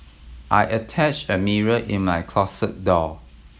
I attached a mirror in my closet door